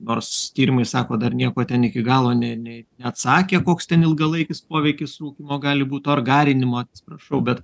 nors tyrimai sako dar nieko ten iki galo ne ne neatsakė koks ten ilgalaikis poveikis rūkymo gali būt ar garinimo atsiprašau bet